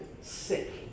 sick